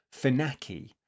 Finaki